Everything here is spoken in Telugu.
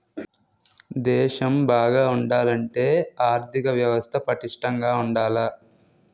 దేశం బాగా ఉండాలంటే ఆర్దిక వ్యవస్థ పటిష్టంగా ఉండాల